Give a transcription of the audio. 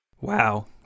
Wow